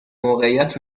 موقعیت